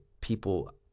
people